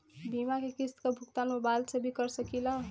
बीमा के किस्त क भुगतान मोबाइल से भी कर सकी ला?